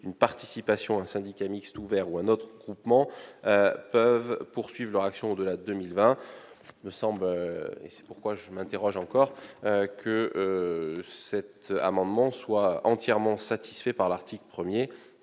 d'une participation à un syndicat mixte ouvert ou à un autre groupement peuvent poursuivre leur action au-delà de 2020. Il me semble- mais je m'interroge encore sur ce point -que cet amendement est entièrement satisfait par l'article 1.